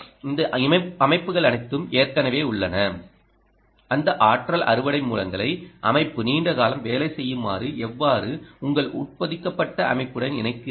இந்த அமைப்புகள் அனைத்தும் ஏற்கனவே உள்ளன அந்த ஆற்றல் அறுவடை மூலங்களை அமைப்பு நீண்ட காலம் வேலை செய்யுமாறு எவ்வாறு உங்கள் உட்பொதிக்கப்பட்ட அமைப்புடன் இணைக்கிறீர்கள்